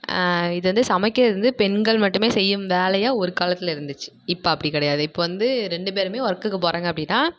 இது வந்து சமைக்கிறது வந்து பெண்கள் மட்டுமே செய்யும் வேலையாக ஒரு காலத்தில் இருந்துச்சு இப்போ அப்படி கிடையாது இப்போ வந்து ரெண்டு பேருமே ஒர்க்குக்கு போகிறாங்க அப்படின்னா